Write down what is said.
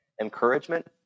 encouragement